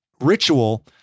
Ritual